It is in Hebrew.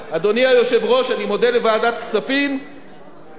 אני מודה לוועדת כספים ולכל חבריה,